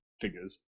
figures